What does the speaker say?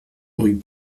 rue